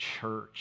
church